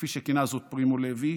כפי שכינה זאת פרימו לוי,